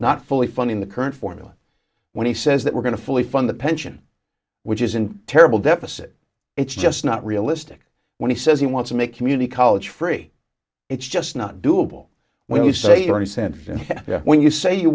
not fully funding the current formula when he says that we're going to fully fund the pension which is in terrible deficit it's just not realistic when he says he wants to make community college free it's just not doable when you say thirty cents when you say you